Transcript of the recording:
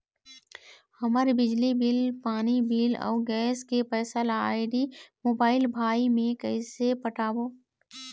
हमर बिजली बिल, पानी बिल, अऊ गैस के पैसा ला आईडी, मोबाइल, भाई मे कइसे पटाबो?